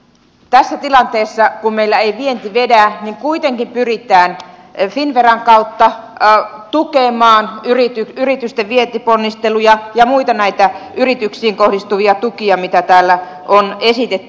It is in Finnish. tässä tilanteessa kun meillä ei vienti vedä kuitenkin pyritään finnveran kautta tukemaan yritysten vientiponnisteluja ja muita näitä yrityksiin kohdistuvia tukia mitä täällä on esitetty